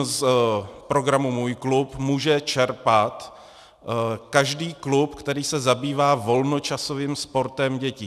Z programu MŮJ KLUB může čerpat každý klub, který se zabývá volnočasovým sportem dětí.